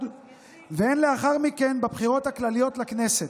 והן לאחר מכן בבחירות הכלליות לכנסת.